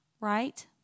right